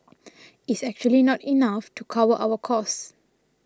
is actually not enough to cover our cost